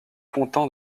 content